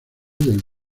del